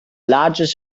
largest